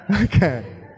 Okay